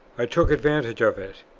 i took advantage of it,